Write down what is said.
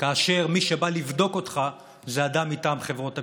כאשר מי שבא לבדוק אותך זה אדם מטעם חברות הביטוח.